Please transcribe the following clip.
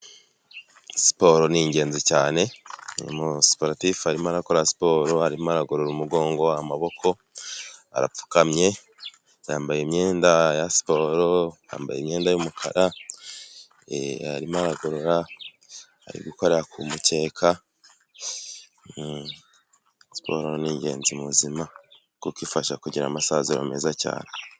Siporo ni ingenzi cyane, uyu musiporatifu arimo arakora siporo, arimo aragorora umugongo, amaboko, arapfukamye, yambaye imyenda ya siporo, yambaye imyenda y'umukara arimo aragorora, ari gukorera ku mukeka, siporo ni ingenzi mu buzima kuko ifasha kugira amasaziro meza cyane.